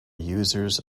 users